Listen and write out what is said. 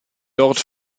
dort